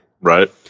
Right